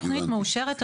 תוכנית מאושרת.